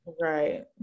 right